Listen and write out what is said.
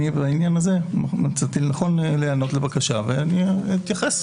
בעניין הזה מצאתי לנכון להיענות לבקשה ואני אתייחס.